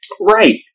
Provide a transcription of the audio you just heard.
Right